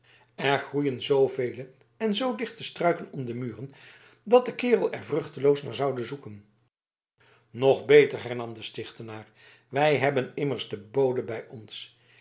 er groeien zoovele en zoo dichte struiken om de muren dat de kerel er vruchteloos naar zoude zoeken nog beter hernam de stichtenaar wij hebben immers den bode bij ons